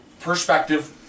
perspective